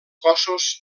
cossos